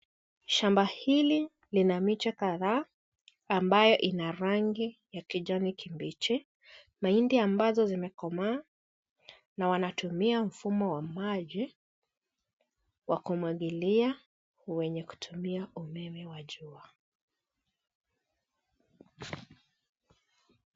Shamba hili lina miche kadhaa ambayo ina rangi ya kijani kibichi. Mahindi ambazo zimekomaa na wanatumia mfumo wa maji wa kumwangilia wenye kutumia umeme wa jua.